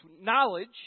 knowledge